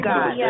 God